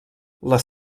les